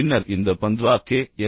பின்னர் இந்த பந்த்வா கே எஸ்